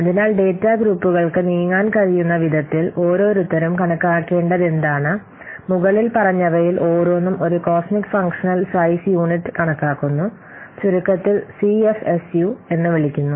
അതിനാൽ ഡാറ്റാ ഗ്രൂപ്പുകൾക്ക് നീങ്ങാൻ കഴിയുന്ന വിധത്തിൽ ഓരോരുത്തരും കണക്കാക്കേണ്ടതെന്താണ് മുകളിൽ പറഞ്ഞവയിൽ ഓരോന്നും ഒരു കോസ്മിക് ഫംഗ്ഷണൽ സൈസ് യൂണിറ്റ് കണക്കാക്കുന്നു ചുരുക്കത്തിൽ സിഎഫ്എസയു എന്ന് വിളിക്കുന്നു